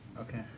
Okay